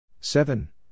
Seven